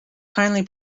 kindly